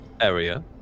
area